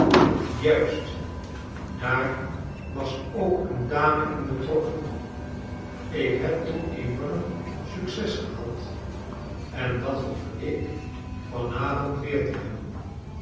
juist daar was ook een dame in betrokken ik heb toen enorm sue ces gehad en dat hoop ik van avond weer te hebben